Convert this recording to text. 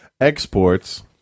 exports